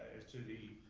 as to the,